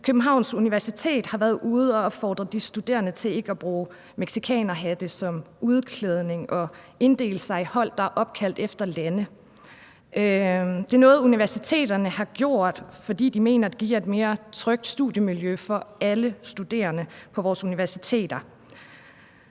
Københavns Universitet har været ude at opfordre de studerende til ikke at bruge mexicanerhatte som udklædning og inddele sig i hold, der er opkaldt efter lande. Det er noget, universiteterne har gjort, fordi de mener, at det giver et mere trygt studiemiljø for alle studerende på vores universiteter.